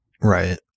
Right